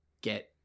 get